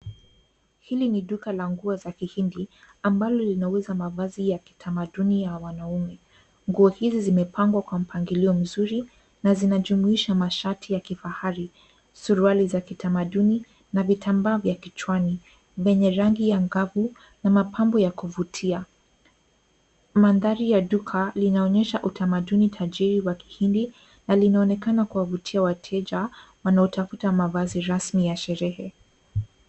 Hili ni duka la nguo za kihindi ambalo linauza mavazi ya kitamaduni ya wanaume. Nguo hizi zimepangwa kwa mpangilio mzuri na zinajumuisha mashati ya kifahari, suruali za kitamaduni na vitambaa vya kichwani zenye rangi angavu na mapambo ya kuvutia. Mandhari ya duka linaonyesha utamaduni tajiri wa kihindi na linaonekana kuwavutia wateja wanaotafuta mavazi rasmi ya sherehe.